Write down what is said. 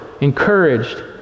encouraged